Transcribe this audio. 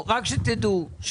רק שתדעו,